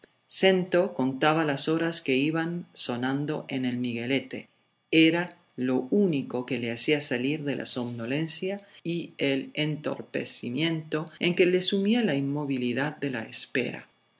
snto contaba las horas que iban sonando en el miguelete era lo único que le hacía salir de la somnolencia y el entorpecimiento en que le sumía la inmovilidad de la espera